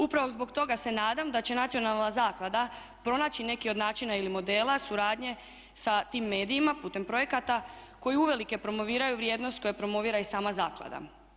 Upravo zbog toga se nadam da će nacionalna zaklada pronaći neki od načina ili modela suradnje sa tim medijima putem projekata koji uvelike promoviraju vrijednost koju promovira i sama zaklada.